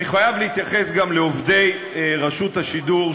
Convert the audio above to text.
אני חייב להתייחס גם לעובדי רשות השידור,